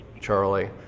Charlie